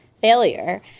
failure